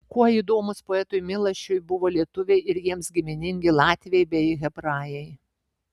kuo įdomūs poetui milašiui buvo lietuviai ir jiems giminingi latviai bei hebrajai